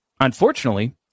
unfortunately